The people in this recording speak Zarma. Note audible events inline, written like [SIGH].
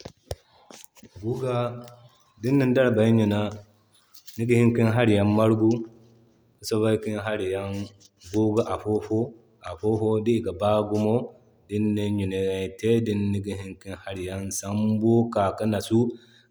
[NOISE] Guuga, din nin darbayay ɲuna niga hini kin hariyaŋ margu ki sobay kin hari yaŋ dora afo-afo afo-afo. Di ga baa gumo din nin ɲunayan te din niga hini kin hari yaŋ sambu kika ki natsu